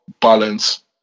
balance